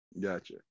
gotcha